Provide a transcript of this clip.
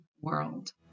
world